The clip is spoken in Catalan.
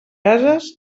ases